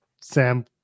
sam